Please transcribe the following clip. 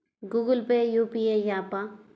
Google Pay UPI య్యాపా?